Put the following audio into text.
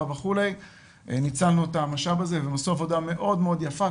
וכולי ניצלנו את המשאב הזה והם עשו עבודה מאוד יפה,